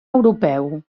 europeu